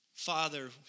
Father